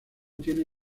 tiene